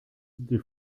die